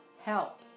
help